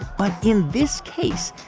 but in this case,